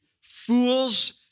Fool's